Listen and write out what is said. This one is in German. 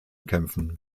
kämpfen